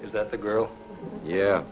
is that the girl yeah